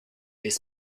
les